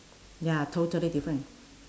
ya totally different